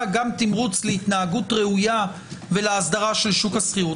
גם תמרוץ להתנהגות ראויה ולהסדרה של שוק השכירות.